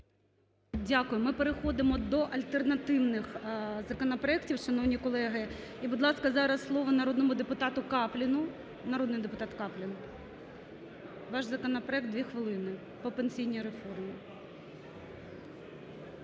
Дякую. Ми переходимо до альтернативних законопроектів, шановні колеги. І, будь ласка, зараз слово народному депутату Капліну. Народний депутат Каплін, ваш законопроект, дві хвилини, по пенсійній реформі.